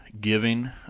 giving